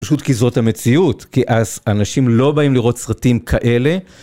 פשוט כי זאת המציאות, כי אנשים לא באים לראות סרטים כאלה.